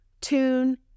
tune